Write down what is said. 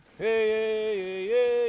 hey